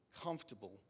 comfortable